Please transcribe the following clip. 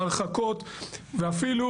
להרחקות ואפילו